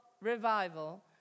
Revival